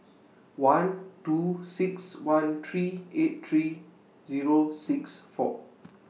one two six one three eight three Zero six four